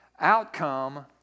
Outcome